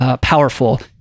powerful